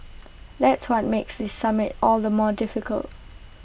that's what makes this summit all the more difficult